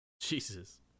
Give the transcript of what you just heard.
Jesus